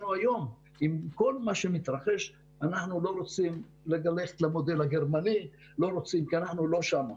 אנחנו לא רוצים ללכת למודל הגרמני כי אנחנו לא שם.